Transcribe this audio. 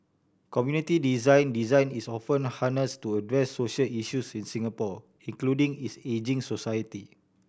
community design Design is often harnessed to address social issues in Singapore including its ageing society